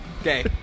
Okay